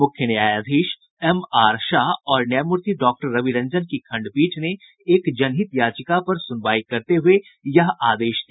मुख्य न्यायाधीश M R Shah और न्यायमूर्ति डॉक्टर रवि रंजन की खंडपीठ ने एक जनहित याचिका पर सुनवाई करते हुये यह आदेश दिया